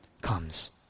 comes